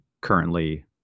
currently